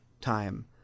time